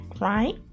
right